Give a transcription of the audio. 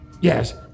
Yes